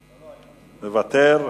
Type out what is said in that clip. מוותר.